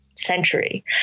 century